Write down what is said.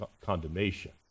condemnation